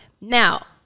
Now